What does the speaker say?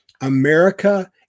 America